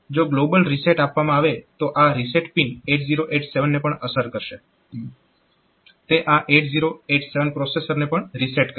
જો global reset આપવામાં આવે તો આ રીસેટ પિન 8087 ને પણ અસર કરશે તે આ 8087 પ્રોસેસરને પણ રીસેટ કરશે